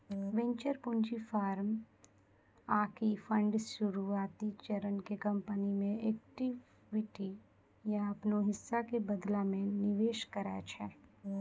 venture पूंजी firm आकि fund शुरुआती चरण के कंपनी मे इक्विटी या अपनो हिस्सा के बदला मे निवेश करै छै